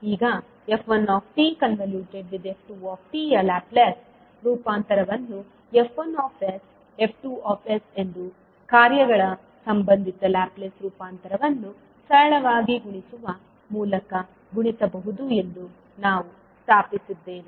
ಈಗ f1tf2t ಯ Laplace ರೂಪಾಂತರವನ್ನು F1sF2s ಎಂದು ಕಾರ್ಯಗಳ ಸಂಬಂಧಿತ ಲ್ಯಾಪ್ಲೇಸ್ ರೂಪಾಂತರಗಳನ್ನು ಸರಳವಾಗಿ ಗುಣಿಸುವ ಮೂಲಕ ಗಣಿಸಬಹುದು ಎಂದು ನಾವು ಸ್ಥಾಪಿಸಿದ್ದೇವೆ